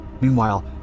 Meanwhile